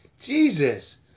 Jesus